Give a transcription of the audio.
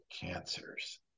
cancers